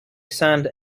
signed